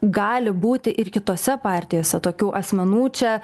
gali būti ir kitose partijose tokių asmenų čia